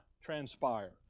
transpire